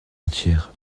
entière